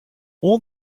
all